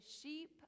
sheep